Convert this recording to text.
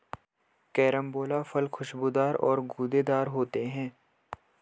carambola फल खुशबूदार और गूदेदार होते है